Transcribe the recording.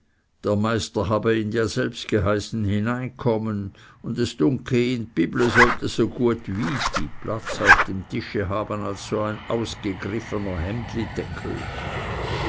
der meister habe ihn ja selbst geheißen hineinkommen und es dunke ihn dbible sollte so gut wyti auf dem tische haben als so ein ausgegriffener hemlideckel